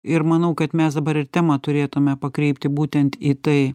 ir manau kad mes dabar ir temą turėtume pakreipti būtent į tai